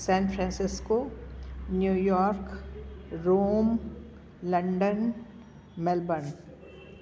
San Francisco New York Rome London Melbourne